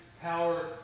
power